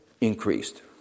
increased